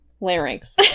Larynx